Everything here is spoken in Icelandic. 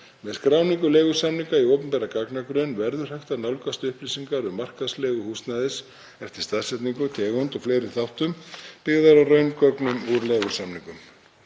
Með skráningu leigusamninga í opinberan gagnagrunn verður hægt að nálgast upplýsingar um markaðsleigu húsnæðis, eftir staðsetningu, tegund og fleiri þáttum, byggðar á raungögnum úr leigusamningum.